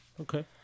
Okay